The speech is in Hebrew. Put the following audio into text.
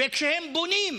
וכשהם בונים,